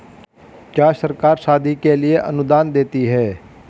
क्या सरकार शादी के लिए अनुदान देती है?